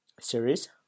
series